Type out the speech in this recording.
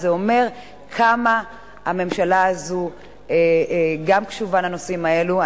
זה אומר כמה הממשלה הזאת גם קשובה לנושאים האלה.